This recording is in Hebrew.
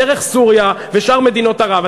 דרך סוריה ושאר מדינות ערב.